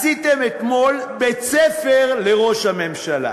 עשיתם אתמול בית-ספר לראש הממשלה.